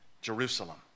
Jerusalem